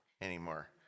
anymore